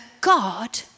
God